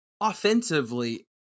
Offensively